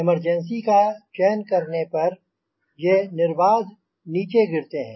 emergency का चयन करने से ये निर्बाध नीचे गिरते हैं